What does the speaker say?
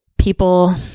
people